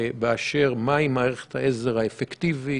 באשר מהי מערכת העזר האפקטיבית